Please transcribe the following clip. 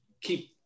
keep